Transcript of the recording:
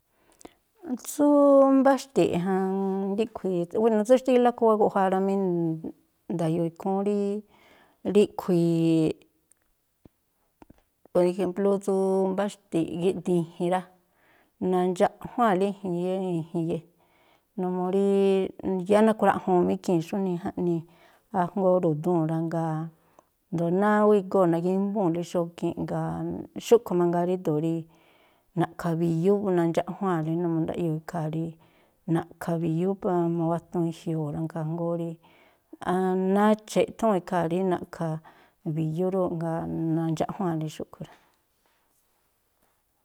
Tsú mbáxti̱ꞌ, ríꞌkhui̱, wéno̱ tsú xtílá khúwá guꞌjuáá rá mí, nda̱yo̱o̱ ikhúún rí ríꞌkhui̱, por ejémplú tsú mbáxti̱ꞌ gíꞌdiin i̱ji̱n rá, nandxaꞌjuáa̱lí i̱ji̱nye i̱njinye numuu rí yáá nakhruaꞌjuu̱n má ikhii̱n xújnii jaꞌnii ajngóó ru̱dúu̱n rá, jngáa̱ a̱jndo̱o náá ú igóo̱ nagímbúu̱lí xógíínꞌ, jngáa̱ xúꞌkhui̱ mangaa ríndo̱o rí na̱ꞌkha̱ bi̱yú, nandxaꞌjuáa̱nlí numuu ndaꞌyoo̱ ikhaa̱ rí na̱ꞌkha̱ bi̱yú pa mawatuun i̱jioo̱ ra, khajngóó rí nacha̱ eꞌthúu̱n ikhaa̱ rí na̱ꞌkha̱ bi̱yú rúꞌ. Jngáa̱ nandxaꞌjuáa̱nlí xúꞌkhui̱ rá.